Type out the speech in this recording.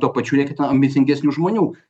tuo pačiu reikia ten ambicingesnių žmonių